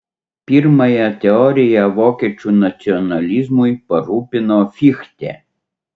pirmąją teoriją vokiečių nacionalizmui parūpino fichte